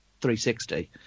360